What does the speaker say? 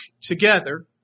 together